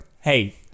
hey